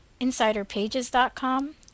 InsiderPages.com